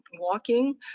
walking